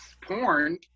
porn